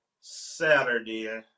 Saturday